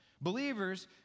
Believers